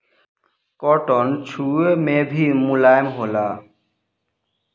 cotton छुवे मे भी मुलायम होला